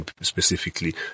specifically